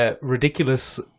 ridiculous